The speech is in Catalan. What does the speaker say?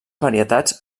varietats